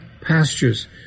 pastures